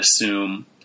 assume